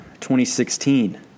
2016